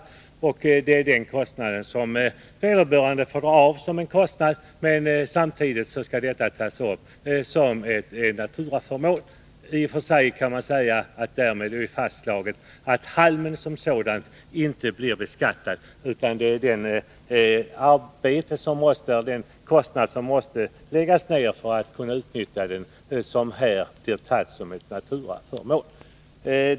Det är kostnaden för denna pressning som vederbörande får dra av, men samtidigt skall värdet tas upp som en naturaförmån. I och för sig kan man säga att det därmed är fastslaget att halmen som sådan inte blir beskattad, eftersom det är värdet motsvarande kostnaden för det arbete som måste läggas ned för att man skall kunna utnyttja halmen som bränsle som skall tas upp som naturaförmån.